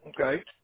Okay